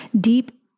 deep